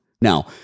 Now